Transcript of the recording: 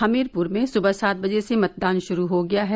हमीरपुर में सुबह सात बजे से मतदान शुरू हो गया है